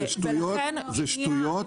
זה שטויות,